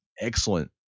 excellent